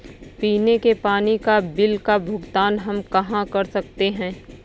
पीने के पानी का बिल का भुगतान हम कहाँ कर सकते हैं?